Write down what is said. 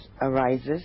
arises